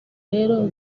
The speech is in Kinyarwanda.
rero